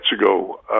ago